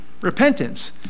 Repentance